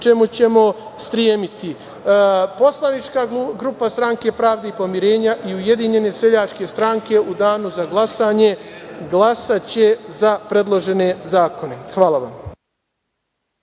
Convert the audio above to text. čemu ćemo stremiti. Poslanička grupa Stranke pravde i pomirenja i Ujedinjene seljačke stranke u danu za glasanje glasaće za predložene zakone. Hvala vam.